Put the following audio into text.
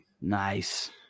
Nice